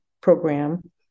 program